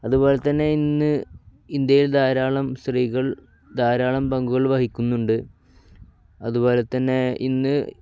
അതുപോലെത്തന്നെ ഇന്ന് ഇന്ത്യയിൽ ധാരാളം സ്ത്രീകൾ ധാരാളം പങ്കുകൾ വഹിക്കുന്നുണ്ട് അതുപോലെത്തന്നെ ഇന്ന്